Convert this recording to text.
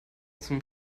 zum